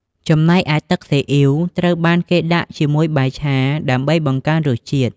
ចំណែកឯទឹកស៊ីអ៊ីវវិញ ត្រូវបានគេដាក់ជាមួយបាយឆាដើម្បីបង្កើនរសជាតិ។